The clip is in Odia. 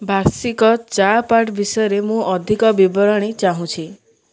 ବାର୍ଷିକ ଚା' ପାର୍ଟ ବିଷୟରେ ମୁଁ ଅଧିକ ବିବରଣୀ ଚାହୁଁଛି